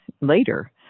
later